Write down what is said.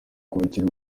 kwakira